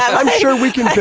i'm sure we can.